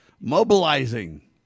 mobilizing